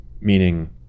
meaning